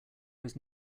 was